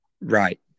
Right